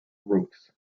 roofs